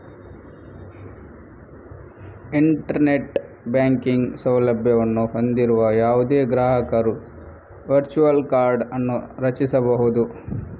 internet banking ಸೌಲಭ್ಯವನ್ನು ಹೊಂದಿರುವ ಯಾವುದೇ ಗ್ರಾಹಕರು ವರ್ಚುವಲ್ ಕಾರ್ಡ್ ಅನ್ನು ರಚಿಸಬಹುದು